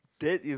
that is